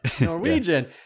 Norwegian